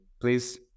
Please